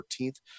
14th